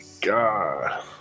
God